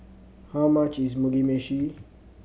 how much is Mugi Meshi